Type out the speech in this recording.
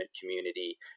community